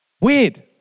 Weird